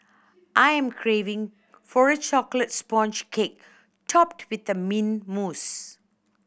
I am craving for a chocolate sponge cake topped with the mint mousse